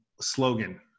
slogan